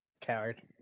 coward